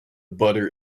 butter